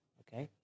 okay